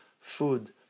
food